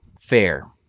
fair